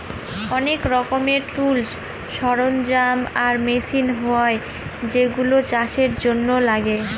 অনেক রকমের টুলস, সরঞ্জাম আর মেশিন হয় যেগুলা চাষের জন্য লাগে